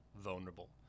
vulnerable